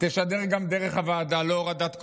תשדר גם דרך הוועדה, לא בהורדת כוחות,